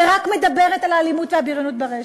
ומדברת רק על האלימות והבריונות ברשת,